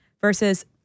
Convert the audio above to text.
versus